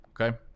Okay